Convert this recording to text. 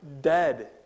dead